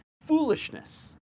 foolishness